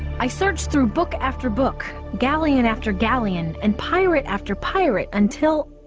i searched through book after book galleon after galleon and pirate after pirate until